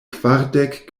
kvardek